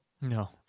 No